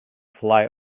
fly